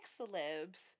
celebs